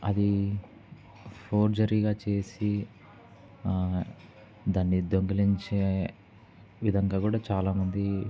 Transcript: అది ఫోర్జరీగా చేసి దాన్ని దొంగలించే విధంగా కూడా చాలామంది